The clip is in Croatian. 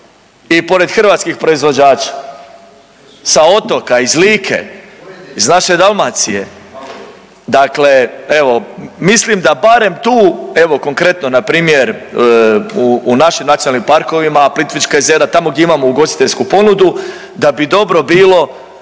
i pored hrvatskih proizvođača sa otoka, iz Like, iz naše Dalmacije. Dakle, evo mislim da barem tu evo konkretno na primjer u našim nacionalnim parkovima, Plitvička jezera tamo gdje imamo ugostiteljsku ponuda da bi dobro bilo